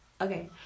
Okay